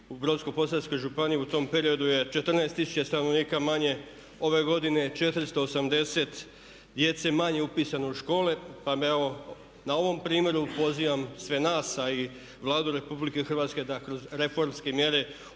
u Brodsko-posavskoj županiji u tom periodu je 14 tisuća stanovnika manje ove godine, 480 djece manje upisano u škole pa me evo na ovom primjeru pozivam sve nas a i Vladu RH da kroz reformske mjere osmisle